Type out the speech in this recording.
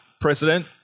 President